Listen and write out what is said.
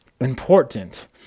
important